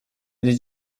did